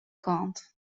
kant